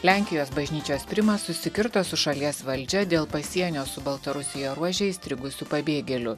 lenkijos bažnyčios primas susikirto su šalies valdžia dėl pasienio su baltarusija ruože įstrigusių pabėgėlių